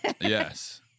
Yes